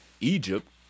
Egypt